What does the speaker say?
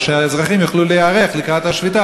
כדי שהאזרחים יוכלו להיערך לקראת השביתה